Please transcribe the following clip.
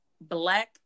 Black